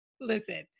listen